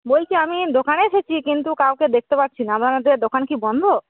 বলছি আমি দোকানে এসেছি কিন্তু কাউকে দেখতে পাচ্ছি না আপনাদের দোকান কি বন্ধ